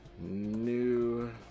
New